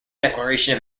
declaration